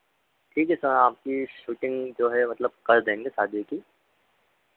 ठीक है सर आपकी शूटिंग जो है मतलब कर देंगे शादी की